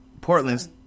Portland's